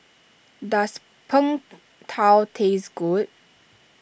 does Png Tao taste good